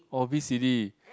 or V_C_D